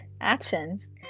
actions